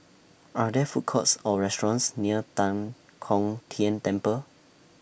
Are There Food Courts Or restaurants near Tan Kong Tian Temple